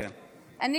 כן, בבקשה.